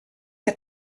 que